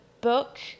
book